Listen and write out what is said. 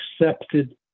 accepted